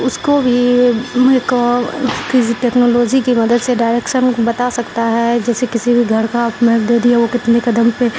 اس کو بھی کسی ٹیکنالوجی کی مدد سے ڈائریکسن کو بتا سکتا ہے جیسے کسی بھی گھر کا میپ دے دیا وہ کتنے قدم پہ